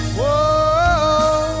Whoa